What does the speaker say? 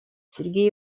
сергей